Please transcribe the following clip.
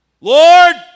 Lord